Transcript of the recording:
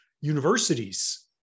Universities